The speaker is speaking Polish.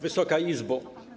Wysoka Izbo!